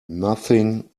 nothing